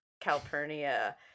Calpurnia